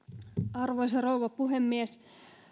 arvoisa rouva puhemies